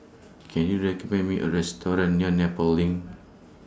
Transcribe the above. Can YOU recommend Me A Restaurant near Nepal LINK